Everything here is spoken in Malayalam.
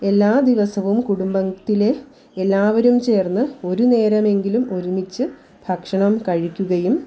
എല്ലാ ദിവസവും കുടുംബത്തിലെ എല്ലാവരും ചേർന്ന് ഒരു നേരമെങ്കിലും ഒരുമിച്ച് ഭക്ഷണം കഴിക്കുകയും